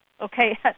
okay